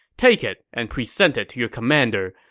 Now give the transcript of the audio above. take it and present it to your commander.